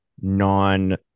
non